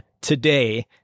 today